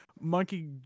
monkey